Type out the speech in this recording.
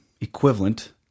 equivalent